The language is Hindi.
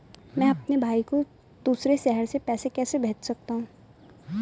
मैं अपने भाई को दूसरे शहर से पैसे कैसे भेज सकता हूँ?